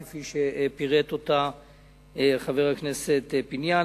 כפי שפירט אותה חבר הכנסת פיניאן.